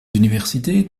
universités